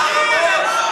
אתם עם החרמות.